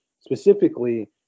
specifically